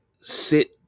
sit